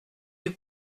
eut